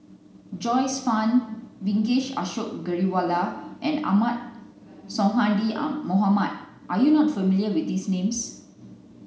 Joyce Fan Vijesh Ashok Ghariwala and Ahmad Sonhadji Mohamad are you not familiar with these names